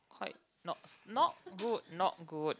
quite not not good not good